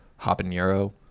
habanero